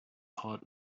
hot